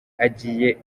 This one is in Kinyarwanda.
agiye